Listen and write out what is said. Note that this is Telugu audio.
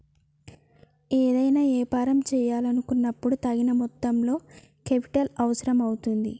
ఏదైనా యాపారం చేయాలనుకున్నపుడు తగిన మొత్తంలో కేపిటల్ అవసరం అవుతుంది